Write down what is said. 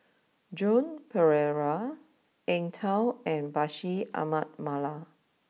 Joan Pereira Eng tow and Bashir Ahmad Mallal